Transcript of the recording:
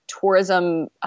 tourism